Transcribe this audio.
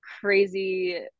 crazy